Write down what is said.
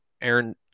Aaron